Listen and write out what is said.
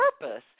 purpose